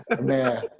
Man